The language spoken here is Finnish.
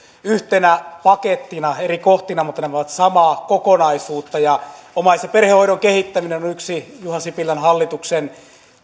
yhtenä pakettina eri kohtina mutta nämä ovat samaa kokonaisuutta omais ja perhehoidon kehittäminen on yksi juha sipilän hallituksen